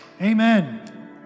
Amen